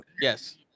Yes